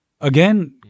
again